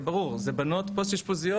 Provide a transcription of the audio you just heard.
אלו בנות פוסט אשפוזיות,